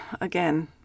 again